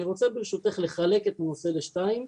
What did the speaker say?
אני רוצה ברשותך לחלק את הנושא לשניים.